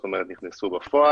זאת אומרת נכנסו בפועל,